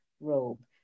robe